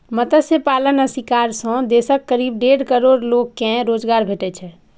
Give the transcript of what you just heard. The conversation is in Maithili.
मत्स्य पालन आ शिकार सं देशक करीब डेढ़ करोड़ लोग कें रोजगार भेटै छै